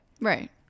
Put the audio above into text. Right